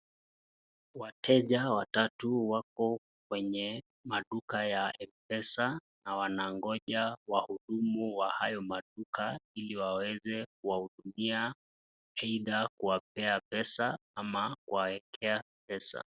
Wateja watatu wako kwenye maduka ya M-PESA na wanagonja wahudumu wa hayo maduka ili waweze kuwahudumia aidha kuwapea pesa ama kuwaekea pesa.